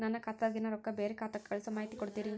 ನನ್ನ ಖಾತಾದಾಗಿನ ರೊಕ್ಕ ಬ್ಯಾರೆ ಖಾತಾಕ್ಕ ಕಳಿಸು ಮಾಹಿತಿ ಕೊಡತೇರಿ?